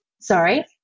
Sorry